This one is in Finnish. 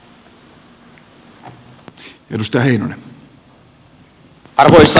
arvoisa puhemies